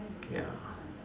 ya